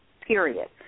period